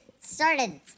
started